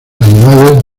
animales